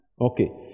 Okay